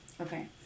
Okay